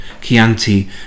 Chianti